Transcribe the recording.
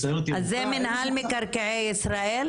יש סיירת ירוקה --- אז זה רשות מקרקעי ישראל?